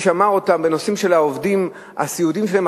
מי ששמע אותם בנושאים של העובדים הסיעודיים שלהם,